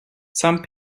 some